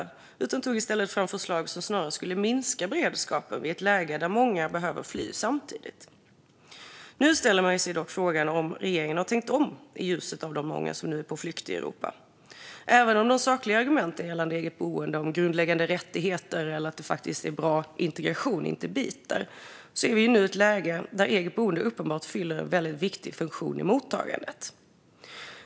I stället tog man fram förslag som snarare skulle minska beredskapen vid ett läge där många behöver fly samtidigt. Nu ställer man sig dock frågan om regeringen har tänkt om i ljuset av de många som nu är på flykt i Europa. Även om de sakliga argumenten gällande eget boende om grundläggande rättigheter eller bra integration inte biter är vi ju nu i ett läge där eget boende uppenbart fyller en väldigt viktig funktion i mottagandet.